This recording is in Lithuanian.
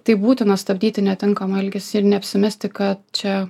tai būtina stabdyti netinkamą elgesį ir neapsimesti kad čia